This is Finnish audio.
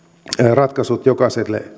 ratkaisut jokaiselle